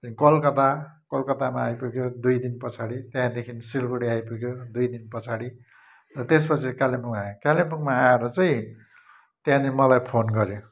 कोलकत्ता कोलकत्तामा आएपुग्यो दुई दिन पछाडि त्यहाँदेखि सिलगढी आइपुग्यो दुई दिन पछाडि र त्यसपछि कालिम्पोङ आयो कालिम्पोङमा आएर चाहिँ त्यहाँदेखि मलाई फोन गऱ्यो